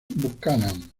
buchanan